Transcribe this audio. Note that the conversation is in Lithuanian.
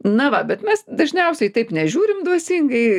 na va bet mes dažniausiai taip nežiūrim dvasingai